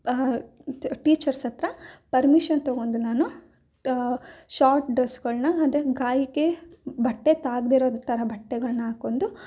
teachers ಹತ್ತಿರ permission ತಗೊಂಡು ನಾನು ಶಾರ್ಟ್ ಡ್ರಸ್ಗಳನ್ನ ಅಂದರೆ ಗಾಯಕ್ಕೆ ಬಟ್ಟೆ ತಾಗದೇ ಇರೋ ಥರ ಬಟ್ಟೆಗಳನ್ನ ಹಾಕೊಂಡು